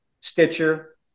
Stitcher